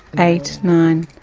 eight, nine.